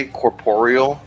corporeal